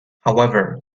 however